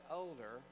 older